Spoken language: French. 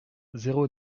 zéro